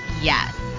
yes